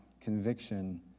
conviction